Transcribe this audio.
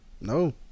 No